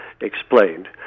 explained